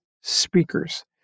speakers